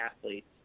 athletes